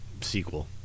sequel